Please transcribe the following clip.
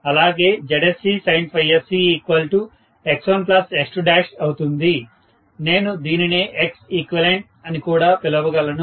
అలాగే ZscsinscX1X2 అవుతుంది నేను దీనినే Xeq అని కూడా పిలవ గలను